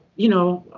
you know,